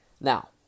Now